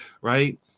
right